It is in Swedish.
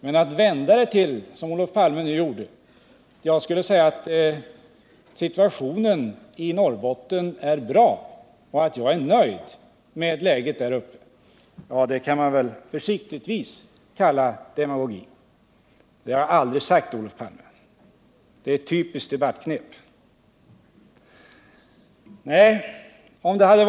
Men att vända det, som Olof Palme gjorde, till att jag skulle säga att situationen i Norrbotten nu är bra och att jag är nöjd med läget där uppe, det kan med en försiktig term betecknas som demagogi. Det har jag aldrig sagt, Olof Palme. Det är ett typiskt debattknep som han använder.